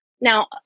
Now